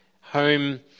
Home